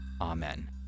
Amen